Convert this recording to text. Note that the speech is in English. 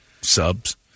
subs